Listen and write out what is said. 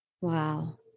Wow